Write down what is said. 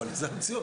אבל זאת המציאות.